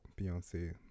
Beyonce